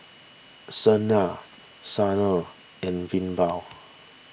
Sunil Sanal and Vinoba